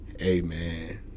Amen